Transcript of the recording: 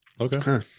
Okay